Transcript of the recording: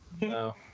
no